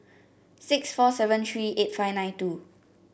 six four seven three eight five nine two